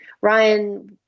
Ryan